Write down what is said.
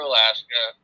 Alaska